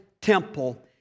Temple